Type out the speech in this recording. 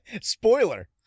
Spoiler